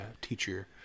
teacher